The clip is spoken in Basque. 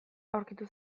aurkitu